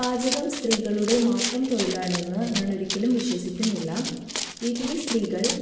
പാചകം സ്ത്രീകളുടെ മാത്രം തൊഴിലാണെന്ന് ഞാനൊരിക്കലും വിശ്വസിക്കുന്നില്ല വീട്ടിലെ സ്ത്രീകൾ